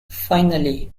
finally